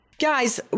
Guys